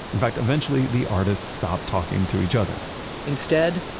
in fact, eventually, the artists stopped talking to each other instead,